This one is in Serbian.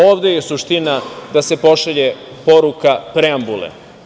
Ovde je suština da se pošalje poruka preambule.